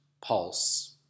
Pulse